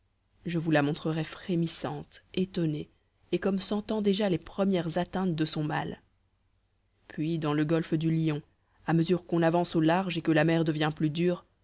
je vous la montrerais frémissante étonnée et comme sentant déjà les premières atteintes de son mal puis dans le golfe du lion à mesure qu'on avance au large et que la mer devient plus dure